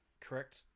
Correct